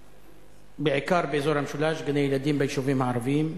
בעיקר באזור המשולש, גני-ילדים ביישובים הערביים.